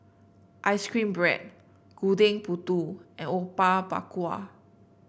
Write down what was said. ice cream bread Gudeg Putih and Apom Berkuah